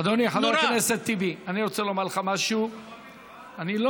אדוני חבר הכנסת טיבי, אני רוצה לומר לך משהו.